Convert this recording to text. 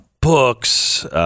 books